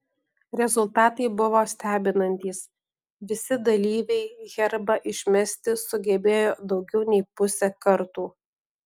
rezultatai buvo stebinantys visi dalyviai herbą išmesti sugebėjo daugiau nei pusę kartų